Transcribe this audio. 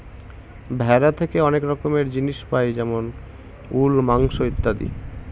ভেড়া থেকে অনেক রকমের জিনিস পাই যেমন উল, মাংস ইত্যাদি